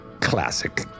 Classic